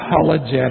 apologetic